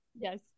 Yes